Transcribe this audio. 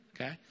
okay